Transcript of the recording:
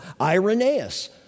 Irenaeus